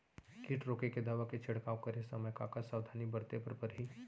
किट रोके के दवा के छिड़काव करे समय, का का सावधानी बरते बर परही?